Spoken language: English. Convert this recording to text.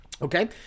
Okay